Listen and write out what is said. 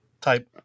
type